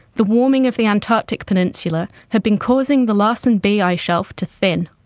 the warming of the antarctic peninsula had been causing the larsen b ice shelf to thin.